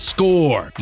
Score